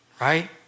right